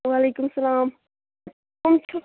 وعلیکم السلام کم چھُو